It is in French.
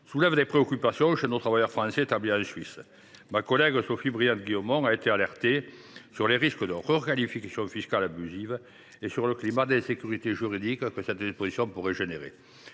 soulève des préoccupations chez nos travailleurs français établis en Suisse. Ma collègue Sophie Briante Guillemont a été alertée sur les risques de requalification fiscale abusive et sur le climat d’insécurité juridique que cette disposition pourrait emporter.